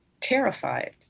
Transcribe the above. terrified